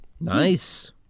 nice